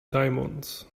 diamonds